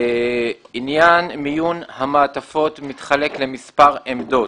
עניין מיון המעטפות מתחלק למספר עמדות.